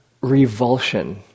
revulsion